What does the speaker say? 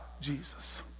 Jesus